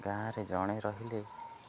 ଗାଁରେ ଜଣେ ରହିଲେ